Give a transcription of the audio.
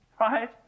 right